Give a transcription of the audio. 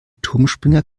turmspringer